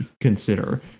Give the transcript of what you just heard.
consider